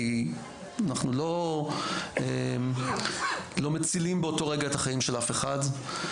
כי אנחנו לא מצילים את החיים של אף אחד באותו רגע.